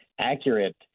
accurate